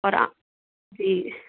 اور آ جی